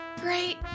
great